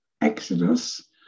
Exodus